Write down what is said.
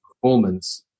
performance